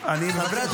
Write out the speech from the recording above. כבר.